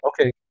Okay